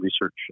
research